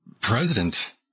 president